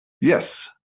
Yes